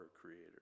creator